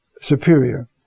superior